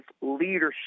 leadership